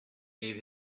give